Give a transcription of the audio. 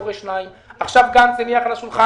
הורה 2". עכשיו גנץ הניח על השולחן